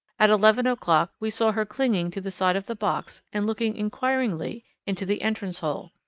at eleven o'clock we saw her clinging to the side of the box and looking inquiringly into the entrance hole.